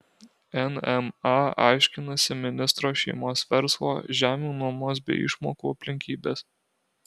nma aiškinasi ministro šeimos verslo žemių nuomos bei išmokų aplinkybes